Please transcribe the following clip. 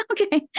Okay